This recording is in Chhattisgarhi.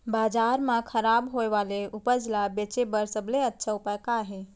बाजार मा खराब होय वाले उपज ला बेचे बर सबसे अच्छा उपाय का हे?